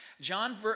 John